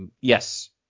yes